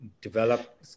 develop